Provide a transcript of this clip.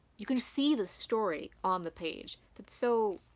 you can see the story on the page. that's so.